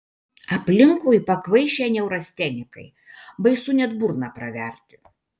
aplinkui pakvaišę neurastenikai baisu net burną praverti